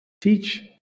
teach